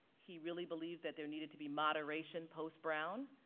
he really believed that there needed to be moderation post brown,